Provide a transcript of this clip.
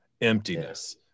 emptiness